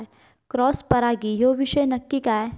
Cross परागी ह्यो विषय नक्की काय?